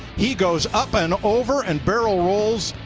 he goes up and over, and barrel rolls,